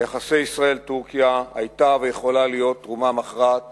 ליחסי ישראל טורקיה היתה ויכולה להיות תרומה מכרעת